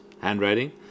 handwriting